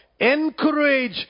Encourage